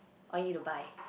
all need to buy